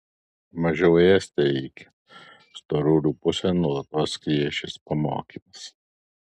mažiau ėsti reikia storulių pusėn nuolatos skrieja šis pamokymas